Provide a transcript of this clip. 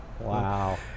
Wow